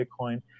Bitcoin